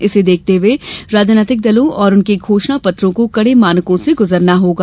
इसे देखते हए राजनीतिक दलों और उनके घोषणा पत्रों को कड़े मानकों से गुजरना होगा